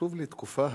כתוב לי "תקופה הגנה".